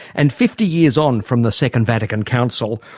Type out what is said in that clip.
and fifty years on from the second vatican council,